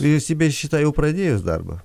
vyriausybės šitą jau pradėjus darbą